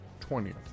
20th